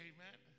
Amen